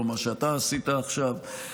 לא מה שאתה עשית עכשיו,